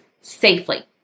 safely